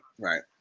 right